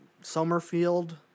Summerfield